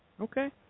Okay